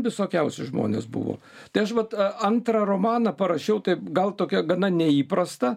visokiausi žmonės buvo tai aš vat antrą romaną parašiau taip gal tokia gana neįprasta